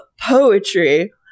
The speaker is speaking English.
poetry